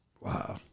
wow